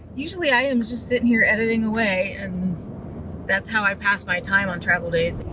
usually i am just sitting here editing away and that's how i pass my time on travel day.